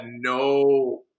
no